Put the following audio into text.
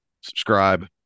subscribe